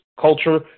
culture